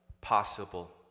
possible